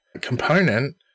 component